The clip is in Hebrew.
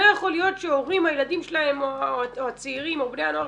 לא יכול להיות שהורים והילדים שלהם או הצעירים או בני הנוער